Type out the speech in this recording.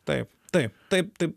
taip taip taip taip